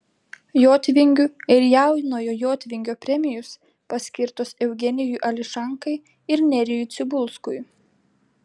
jotvingių ir jaunojo jotvingio premijos paskirtos eugenijui ališankai ir nerijui cibulskui